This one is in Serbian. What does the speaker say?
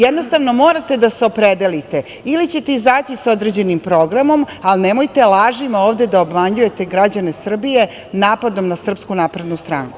Jednostavno, morate da se opredelite ili ćete izaći sa određenim programom, ali nemojte lažima ovde da obmanjujete građane Srbije napadom na SNS.